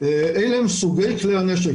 אלה הם סוגי כלי הנשק.